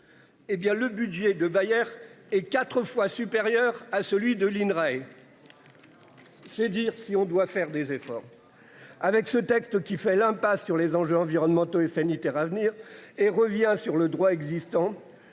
Eh bien le budget de Bayer est 4 fois supérieur à celui de l'INRAE. C'est dire si on doit faire des efforts. Avec ce texte qui fait l'impasse sur les enjeux environnementaux et sanitaires à venir et revient sur le droit existant.